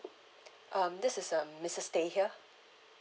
um this is um missus tay here